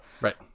right